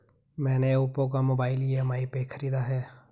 मैने ओप्पो का mobile EMI पे खरीदा है